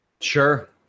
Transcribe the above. Sure